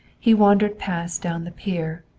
he wandered past down the pier,